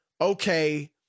okay